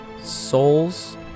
souls